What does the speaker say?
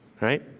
right